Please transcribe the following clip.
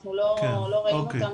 אנחנו לא ראינו אותם,